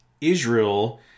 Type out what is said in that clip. Israel